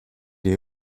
est